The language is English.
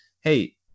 hey